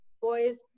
boys